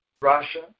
Russia